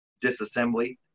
disassembly